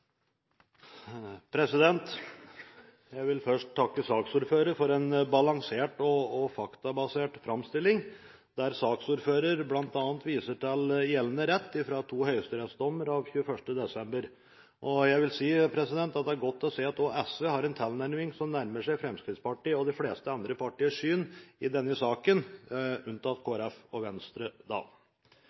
debatten. Jeg vil først takke saksordføreren for en balansert og faktabasert framstilling, der han bl.a. viser til gjeldende rett fra to høyesterettsdommer av 21. desember i fjor. Jeg vil si at det er godt å se at også SV har en tilnærming som nærmer seg det synet Fremskrittspartiet og de fleste andre partier har i denne saken, da med unntak av Kristelig Folkeparti og Venstre.